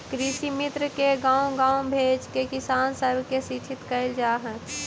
कृषिमित्र के गाँव गाँव भेजके किसान सब के शिक्षित कैल जा हई